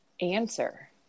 answer